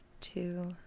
two